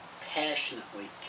passionately